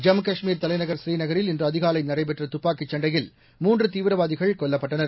ஜம்மு காஷ்மீர் தலைநகர் ஸ்ரீநகரில் இன்று அதிகாலை நடைபெற்ற துப்பாக்கிச் சண்டையில் மூன்று தீவிரவாதிகள் கொல்லப்பட்டனர்